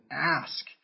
ask